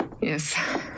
Yes